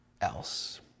else